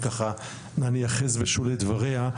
ואתייחס בשולי דבריה.